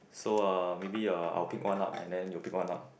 so uh maybe uh I will pick one up and then you pick one up